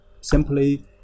Simply